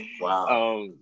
wow